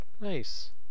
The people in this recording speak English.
Nice